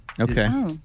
Okay